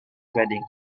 weddings